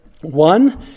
one